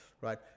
Right